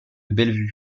bellevue